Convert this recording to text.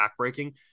backbreaking